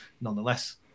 nonetheless